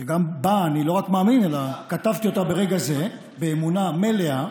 שגם בה אני לא רק מאמין אלא כתבתי אותה ברגע זה באמונה מלאה,